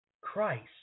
Christ